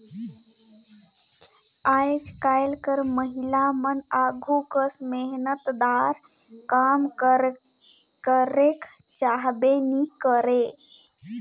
आएज काएल कर महिलामन आघु कस मेहनतदार काम करेक चाहबे नी करे